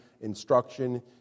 instruction